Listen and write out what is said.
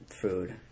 food